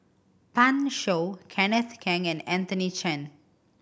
Pan Shou Kenneth Keng and Anthony Chen